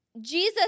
Jesus